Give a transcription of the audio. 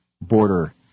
border